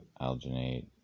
alginate